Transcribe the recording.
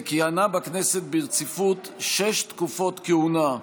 וכיהנה בכנסת ברציפות שש תקופות כהונה,